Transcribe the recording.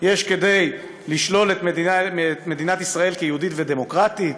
יש כדי לשלול את מדינת ישראל כיהודית ודמוקרטית,